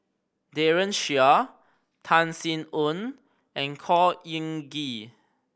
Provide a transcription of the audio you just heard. Daren Shiau Tan Sin Aun and Khor Ean Ghee